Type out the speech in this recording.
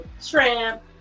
shrimp